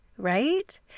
right